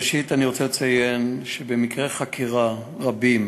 ראשית, אני רוצה לציין שבמקרי חקירה רבים